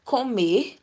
Comer